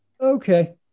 Okay